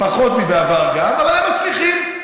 פחות מבעבר, אבל הם מצליחים.